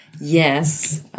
Yes